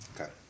Okay